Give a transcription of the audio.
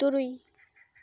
ᱛᱩᱨᱩᱭ